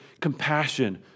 compassion